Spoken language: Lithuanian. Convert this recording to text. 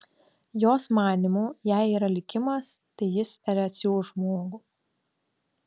jos manymu jei yra likimas tai jis ir atsiųs žmogų